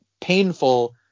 painful